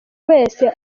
wese